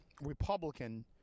republican